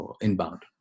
inbound